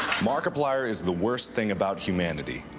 mark plier is the worst thing about humanity.